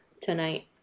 tonight